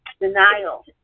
Denial